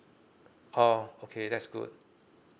oh okay that's good